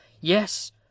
yes